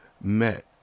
met